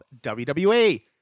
WWE